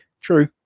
True